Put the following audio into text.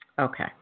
Okay